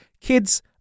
kids